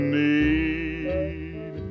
need